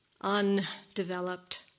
undeveloped